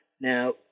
Now